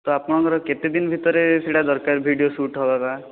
ତ ଆପଣଙ୍କର କେତେ ଦିନ ଭିତରେ ସେଇଟା ଦରକାର ଭିଡ଼ିଓ ସୁଟ ହେବା ଟା